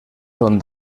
són